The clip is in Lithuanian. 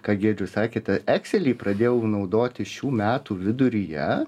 ką giedrius sakė tą ekselį pradėjau naudoti šių metų viduryje